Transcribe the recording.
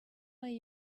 way